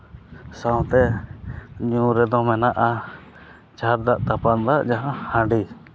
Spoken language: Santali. ᱥᱟᱶᱛᱮ ᱧᱩ ᱨᱮᱫᱚ ᱢᱮᱱᱟᱜᱼᱟ ᱡᱷᱟᱨ ᱫᱟᱜ ᱛᱟᱯᱟᱱ ᱫᱟᱜ ᱦᱟᱺᱰᱤ